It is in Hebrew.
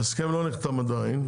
ההסכם לא נחתם עדיין.